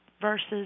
versus